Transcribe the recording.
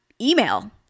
email